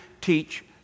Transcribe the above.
teach